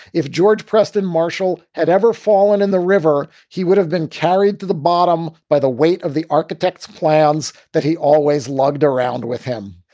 if george preston marshall had ever fallen in the river, he would have been. carried to the bottom by the weight of the architect's plans that he always lugged around with him.